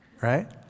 right